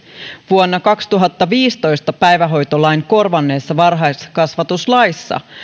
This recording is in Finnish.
vuonna kaksituhattaviisitoista päivähoitolain korvanneessa varhaiskasvatuslaissa